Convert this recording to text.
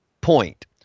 point